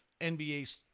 NBA